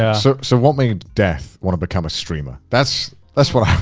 and so so what made death wanna become a streamer? that's that's what